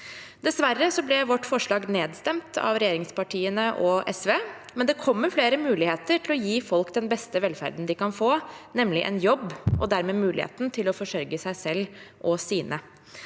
Dessverre ble vårt forslag nedstemt av regjeringspartiene og SV, men det kommer flere muligheter til å gi folk den beste velferden de kan få, nemlig en jobb og dermed muligheten til å forsørge seg selv og sine.